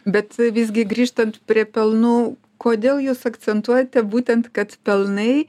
bet visgi grįžtant prie pelnų kodėl jūs akcentuojate būtent kad pelnai